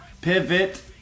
Pivot